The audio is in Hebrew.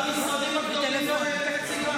המשרד לביטחון לאומי הוא אחד המשרדים הגדולים בתקציבם.